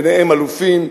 ביניהם אלופים,